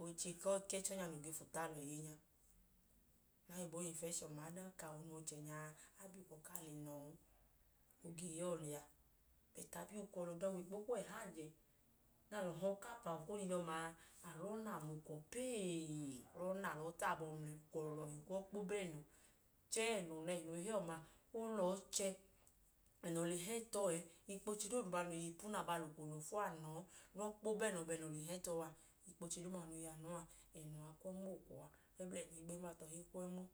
oche ku ẹchi ọnya noo ge fu tu achẹ iye nya, nẹ aoyibo i hi infẹshọn ma. Adanka awọ noo wẹ ọchẹnya a, a bi ukwọ kaa le na ọọn, o ge yọọ liya. Bọt, a bi ukwọ lẹ ọda owikpo kuwọ ẹhajẹ, nẹ alọ hi ọkapa okonu idọma a, a lọọ na mla ukwọ pee. Lẹ ọọ na, lọọ ta abọ mla ukwọ lọhi kwu ọọ i kpo ba ọlẹnọ chẹẹ ẹnọ nẹhi noo i hẹ ọma, o lọọ chẹ. Ẹnọ le hẹ tọ ẹẹ ikpoche dooduma noo yọ ipunu a, abaa lẹ ukwọ olọfu a na ọọ a, ẹnọ kwu ọọ nmo.